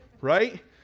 right